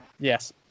yes